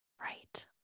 Right